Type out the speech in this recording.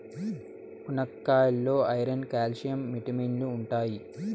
మునక్కాయాల్లో iron, calcium విటమిన్లు ఉంటాయి